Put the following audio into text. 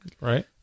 right